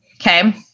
Okay